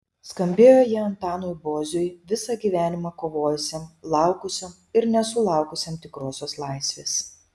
skambėjo jie antanui boziui visą gyvenimą kovojusiam laukusiam ir nesulaukusiam tikrosios laisvės